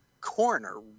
corner